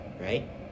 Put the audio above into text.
Right